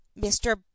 mr